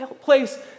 place